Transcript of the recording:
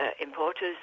importers